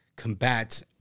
combat